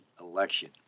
election